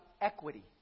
equity